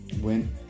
went